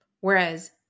Whereas